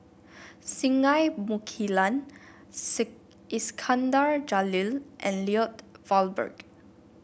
Singai Mukilan Iskandar Jalil and Lloyd Valberg